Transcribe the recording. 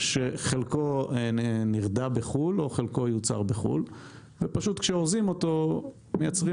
שחלקו נרדה בחו"ל או חלקו יוצר בחו"ל ופשוט כשאורזים אותו מייצרים